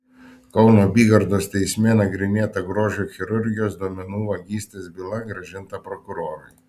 kauno apygardos teisme nagrinėta grožio chirurgijos duomenų vagystės byla grąžinta prokurorui